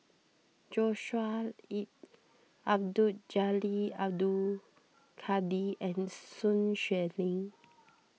Joshua Ip Abdul Jalil Abdul Kadir and Sun Xueling